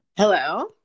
Hello